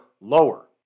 lower